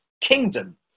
kingdom